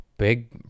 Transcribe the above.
Big